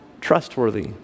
trustworthy